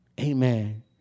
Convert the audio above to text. amen